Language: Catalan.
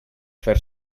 fer